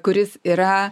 kuris yra